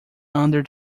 under